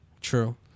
True